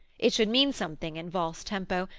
it should mean something in valse tempo,